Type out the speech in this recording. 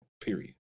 Period